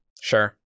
Sure